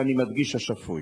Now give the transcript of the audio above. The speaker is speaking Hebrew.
ואני מדגיש: השפוי.